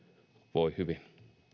voi hyvin